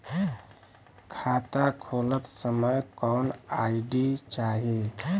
खाता खोलत समय कौन आई.डी चाही?